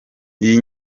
iyi